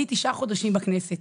אני תשעה חודשים בכנסת,